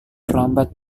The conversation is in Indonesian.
terlambat